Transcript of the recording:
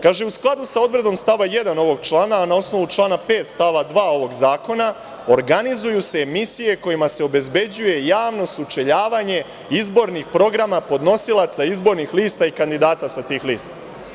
Kaže – u skladu sa odredbom stava 1. ovog člana, a na osnovu člana 5. stava 2. ovog zakona, organizuju se emisije kojima se obezbeđuje javno sučeljavanje izbornih programa podnosilaca izbornih lista i kandidata sa tih lista.